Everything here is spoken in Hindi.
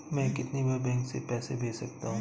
मैं कितनी बार बैंक से पैसे भेज सकता हूँ?